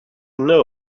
know